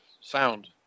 sound